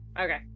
Okay